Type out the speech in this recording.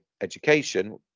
education